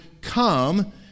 come